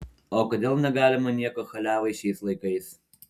o kodėl negalima nieko chaliavai šiais laikais